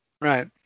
Right